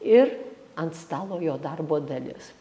ir ant stalo jo darbo dalis